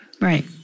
Right